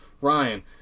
Ryan